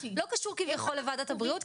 לא קשור כביכול לוועדת הבריאות,